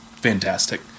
Fantastic